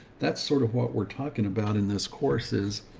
that's sort of what we're talking about in this course is